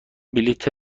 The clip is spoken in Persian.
بلیط